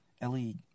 ellie